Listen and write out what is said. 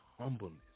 humbleness